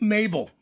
Mabel